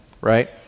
right